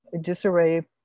disarray